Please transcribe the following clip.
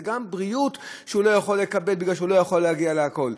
זה גם שירותי בריאות שהוא לא יכול לקבל בגלל שהוא לא יכול להגיע לכול.